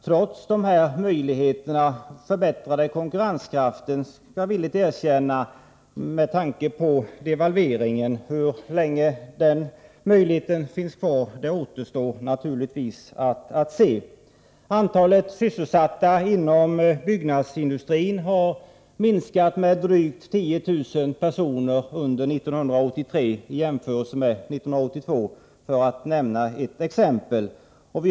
Jag skall villigt erkänna att konkurrenskraften förbättrats genom devalveringen, men hur länge den möjligheten finns kvar återstår naturligtvis att se. Antalet sysselsatta inom byggnadsindustrin har minskat med drygt 10000 personer under 1983 jämfört med 1982 för att nämna ett exempel.